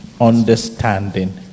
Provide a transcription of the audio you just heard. understanding